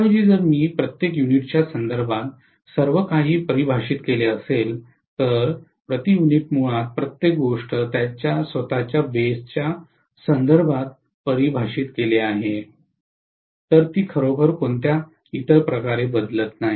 त्याऐवजी जर मी प्रत्येक युनिटच्या संदर्भात सर्वकाही परिभाषित केले असेल तर प्रति युनिट मुळात प्रत्येक गोष्ट त्याच्या स्वत च्या बेसच्या संदर्भात परिभाषित केले तर ती खरोखर कोणत्याही इतर प्रकारे बदलत नाही